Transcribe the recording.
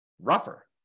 rougher